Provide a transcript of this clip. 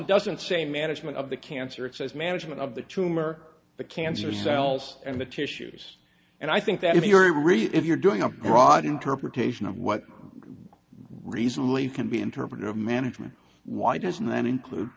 doesn't say management of the cancer it says management of the tumor the cancer cells and the tissues and i think that if you're really if you're doing a broad interpretation of what reasonably can be interpretive management why doesn't that include